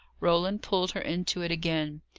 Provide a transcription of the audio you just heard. roland pulled her into it again.